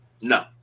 No